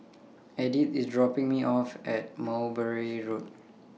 Edyth IS dropping Me off At Mowbray Road